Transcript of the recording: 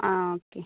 ആ ഓക്കെ